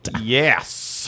yes